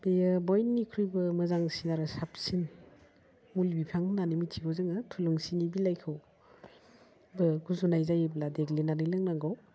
बेयो बयनिख्रुइबो मोजांसिन आरो साबसिन मुलि बिफां होननानै मिथिगौ जोङो थुलुंसिनि बिलाइखौ गुजुनाय जायोब्ला देग्लिनानै लोंनांगौ